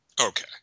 Okay